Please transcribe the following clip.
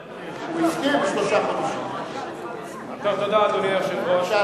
רבות, אדוני היושב-ראש.